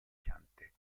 piante